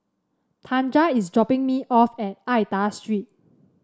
Tanja is dropping me off at Aida Street